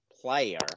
player